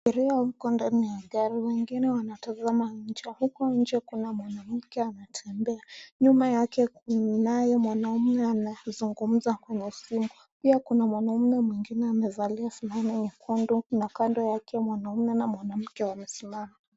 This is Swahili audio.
Abiria wako ndani ya gari. Wengine wanatazama nje. Huko nje kunamwanamke anatembea. Nyuma yake kunaye mwanamume anazungumza kwa mafumbo. Pia kuna mwanamume mwengine amevalia fulana nyekundu na kando yake mwanamume na mwanamke wamesimama.